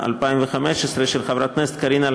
חייב משתף פעולה),